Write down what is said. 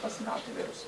pasigauti virusą